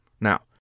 Now